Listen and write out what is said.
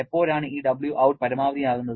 എപ്പോഴാണ് ഈ Wout പരമാവധി ആകുന്നത്